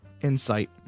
Insight